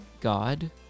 God